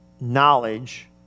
knowledge